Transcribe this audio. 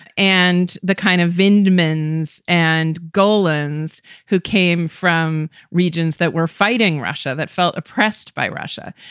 and the kind of vinda men's and golan's who came from regions that were fighting russia that felt oppressed by russia.